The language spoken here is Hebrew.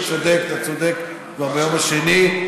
אתה צודק, אתה צודק, ביום השני.